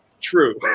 true